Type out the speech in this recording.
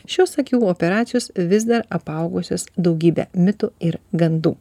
šios akių operacijos vis apaugusios daugybe mitų ir gandų